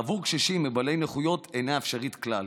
ועבור קשישים ובעלי נכויות היא אינה אפשרית כלל.